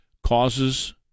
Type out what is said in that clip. causes